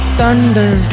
thunder